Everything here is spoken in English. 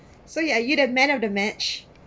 so yeah you the man of the match